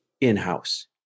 in-house